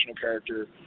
character